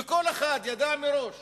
וכל אחד ידע מראש